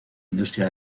industria